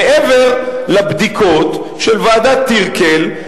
מעבר לבדיקות של ועדת-טירקל,